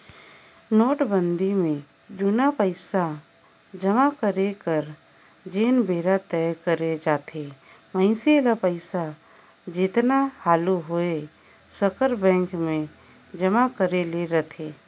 नोटबंदी में जुनहा पइसा जमा करे कर जेन बेरा तय करे जाथे मइनसे ल पइसा जेतना हालु होए सकर बेंक में जमा करे ले रहथे